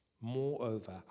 Moreover